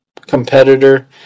competitor